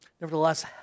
Nevertheless